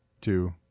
two